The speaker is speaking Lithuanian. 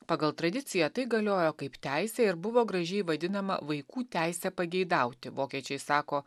pagal tradiciją tai galiojo kaip teisė ir buvo gražiai vadinama vaikų teise pageidauti vokiečiai sako